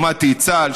שמעתי את צה"ל,